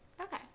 Okay